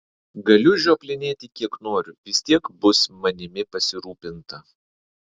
galiu žioplinėti kiek noriu vis tiek bus manimi pasirūpinta